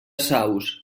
saus